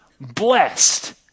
blessed